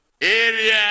area